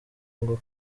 ngo